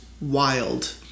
wild